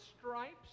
stripes